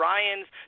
Ryan's